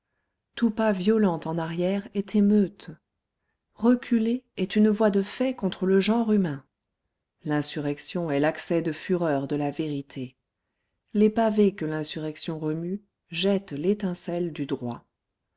tout pas violent en arrière est émeute reculer est une voie de fait contre le genre humain l'insurrection est l'accès de fureur de la vérité les pavés que l'insurrection remue jettent l'étincelle du droit